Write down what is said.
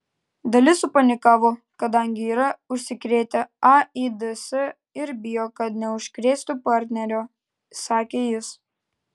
dalis supanikavo kadangi yra užsikrėtę aids ir bijo kad neužkrėstų partnerio sakė jis